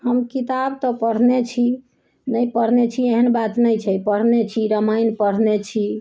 हम किताब तऽ पढ़ने छी नहि पढ़ने छी एहन बात नहि छै पढ़ने छी रामायण पढ़ने छी